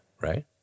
Right